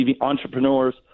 entrepreneurs